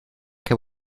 que